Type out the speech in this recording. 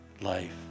life